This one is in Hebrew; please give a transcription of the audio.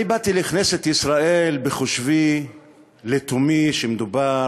אני באתי לכנסת ישראל בחושבי לתומי שמדובר